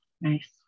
Nice